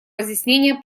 разъяснения